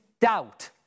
doubt